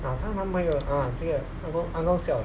ah 她蛮蛮有 ah 这个 ah no ah no 笑的